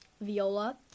viola